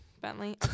Bentley